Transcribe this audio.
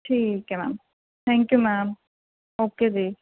ਠੀਕ ਹੈ ma'am thank you ma'am okay ਜੀ